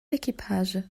l’équipage